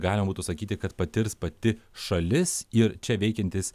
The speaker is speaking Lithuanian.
galima būtų sakyti kad patirs pati šalis ir čia veikiantys